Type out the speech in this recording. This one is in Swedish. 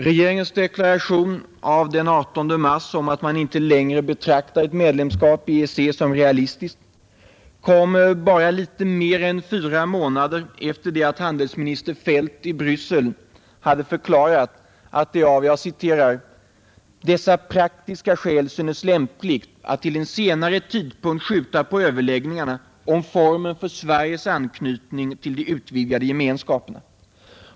Regeringens deklaration den 18 mars om att man inte längre betraktar ett medlemskap i EEC som realistiskt kom bara litet mer än fyra månader efter det att handelsminister Feldt i Bryssel hade förklarat att det ”av dessa praktiska skäl synes lämpligt att till en senare tidpunkt skjuta på överläggningarna om formen för Sveriges anknytning till de utvidgade gemenskaperna”.